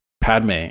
Padme